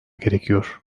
gerekiyor